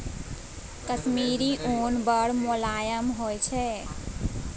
कश्मीरी उन बड़ मोलायम होइ छै